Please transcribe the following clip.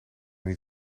niet